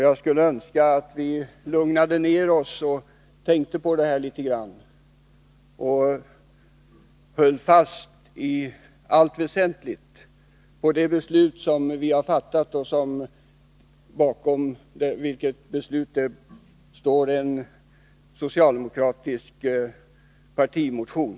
Jag skulle önska att vi lugnade ned oss och tänkte på det här litet grand och i allt väsentligt höll fast vid det beslut som vi redan har fattat och bakom vilket det finns en socialdemokratisk partimotion.